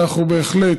אנחנו בהחלט,